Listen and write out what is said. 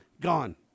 Gone